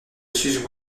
sucent